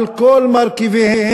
על כל מרכיביהן,